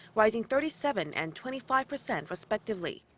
rising thirty seven and twenty five percent respectively.